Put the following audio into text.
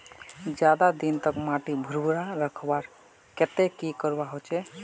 ज्यादा दिन तक माटी भुर्भुरा रखवार केते की करवा होचए?